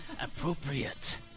appropriate